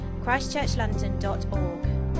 Christchurchlondon.org